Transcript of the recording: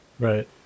right